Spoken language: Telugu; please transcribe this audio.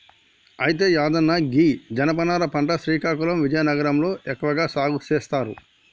అయితే యాదన్న గీ జనపనార పంట శ్రీకాకుళం విజయనగరం లో ఎక్కువగా సాగు సేస్తారు